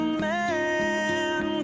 man